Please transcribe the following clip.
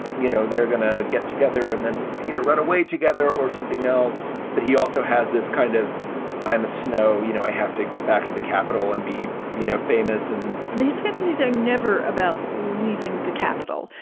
you know, they're going to get together and then, you know, run away together or something else. but he also has this kind of i am a snow. you know, i have to get back to the capital and be, you know, famous and these hippies are never about leaving the capital.